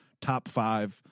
top-five